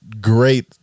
great